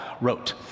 wrote